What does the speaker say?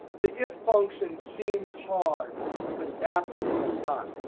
the if function seems hard but it's absolutely not.